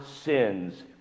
sins